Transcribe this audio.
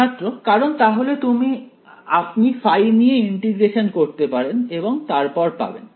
ছাত্র কারণ তাহলে আপনি ফাই নিয়ে ইন্টিগ্রেশন করতে পারেন এবং তারপর পাবেন